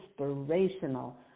inspirational